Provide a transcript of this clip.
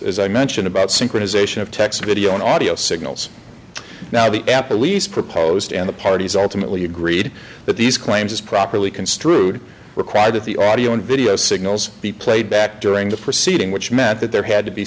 as i mentioned about synchronization of text video and audio signals now the apple lease proposed and the parties ultimately agreed that these claims as properly construed require that the audio and video signals be played back during the proceeding which meant that there had to be